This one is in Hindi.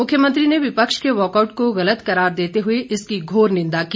मुख्यमंत्री ने विपक्ष के वॉकआउट को गलत करार देते हुए इसकी घोर निंदा की